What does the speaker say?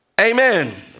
amen